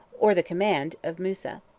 or the command, of musa.